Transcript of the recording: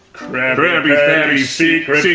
krabby patty secret